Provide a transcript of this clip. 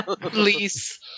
please